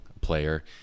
player